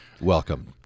welcome